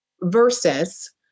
versus